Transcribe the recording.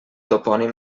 topònim